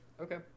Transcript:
Okay